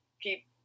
Keep